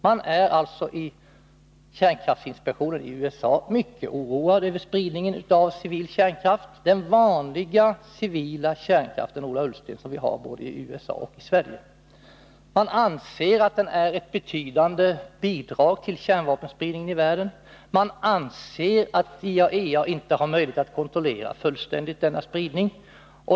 Man är alltså i kärnkraftsinspektionen i USA mycket oroad över spridningen av civil kärnkraft — den vanliga civila kärnkraften, Ola Ullsten, som vi har både i USA och i Sverige. Man anser att den är ett betydande bidrag till kärnvapenspridningen i världen. Man anser att IAEA inte har möjlighet att fullständigt kontrollera denna spridning.